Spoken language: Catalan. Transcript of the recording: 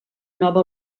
nova